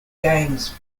games